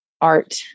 art